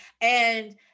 and-